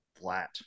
flat